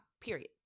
period